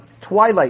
twilight